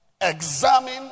Examine